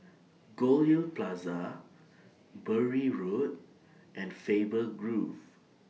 Goldhill Plaza Bury Road and Faber Grove